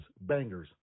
bangers